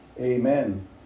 Amen